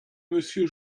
monsieur